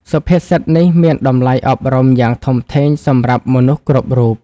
សុភាសិតនេះមានតម្លៃអប់រំយ៉ាងធំធេងសម្រាប់មនុស្សគ្រប់រូប។